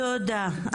טוב, תודה.